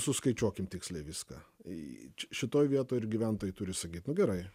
suskaičiuokim tiksliai viską ei šitoj vietoj ir gyventojai turi sakyt nu gerai